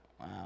Wow